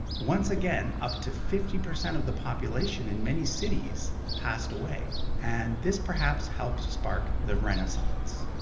once again, up to fifty percent of the population in many cities passed away and this perhaps helped spark the renaissance.